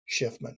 Schiffman